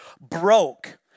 broke